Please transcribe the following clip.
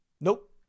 nope